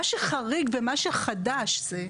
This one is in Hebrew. מה שחריג ומה שחדש זה,